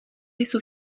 jsou